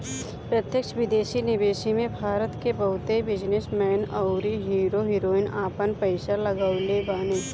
प्रत्यक्ष विदेशी निवेश में भारत के बहुते बिजनेस मैन अउरी हीरो हीरोइन आपन पईसा लगवले बाने